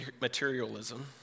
materialism